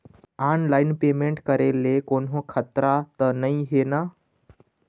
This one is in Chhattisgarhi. ऑनलाइन पेमेंट करे ले कोन्हो खतरा त नई हे न?